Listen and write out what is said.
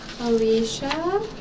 Alicia